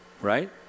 right